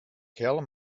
kerl